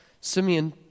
Simeon